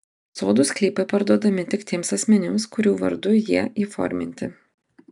sodų sklypai parduodami tik tiems asmenims kurių vardu jie įforminti